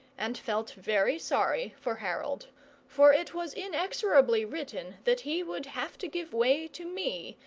and felt very sorry for harold for it was inexorably written that he would have to give way to me,